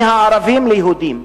מהערבים ליהודים,